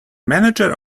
manager